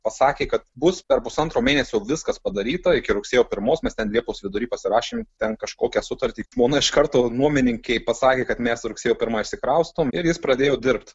pasakė kad bus per pusantro mėnesio viskas padaryta iki rugsėjo pirmos mes ten liepos vidury pasirašėm ten kažkokią sutartį žmona iš karto nuomininkei pasakė kad mes rugsėjo pirmą išsikraustom ir jis pradėjo dirbt